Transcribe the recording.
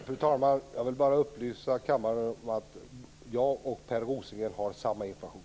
Fru talman! Jag vill bara upplysa kammaren om att jag och Per Rosengren har samma information.